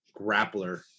grappler